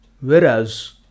whereas